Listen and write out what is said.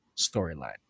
storyline